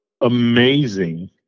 amazing